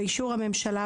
באישור הממשלה,